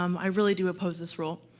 um i really do oppose this rule.